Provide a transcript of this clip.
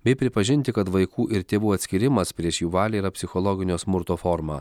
bei pripažinti kad vaikų ir tėvų atskyrimas prieš jų valią yra psichologinio smurto forma